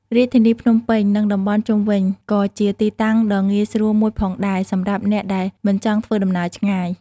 រាជធានីភ្នំពេញ និងតំបន់ជុំវិញ ក៏ជាទីតាំងដ៏ងាយស្រួលមួយផងដែរសម្រាប់អ្នកដែលមិនចង់ធ្វើដំណើរឆ្ងាយ។